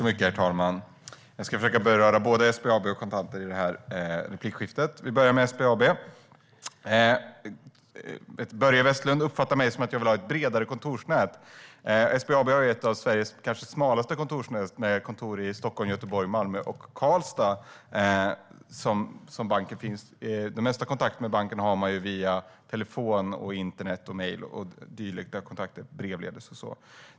Herr talman! Jag ska försöka beröra både SBAB och kontanthanteringen i replikskiftet. Vi börjar med SBAB. Börje Vestlund uppfattar mig som att jag vill ha ett bredare kontorsnät. SBAB har ett av Sveriges kanske smalaste kontorsnät med kontor i Stockholm, Göteborg, Malmö och Karlstad. Den mesta kontakten med banken har man via telefon, internet, mejl, brevledes och så vidare.